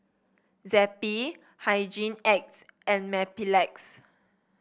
Zappy Hygin X and Mepilex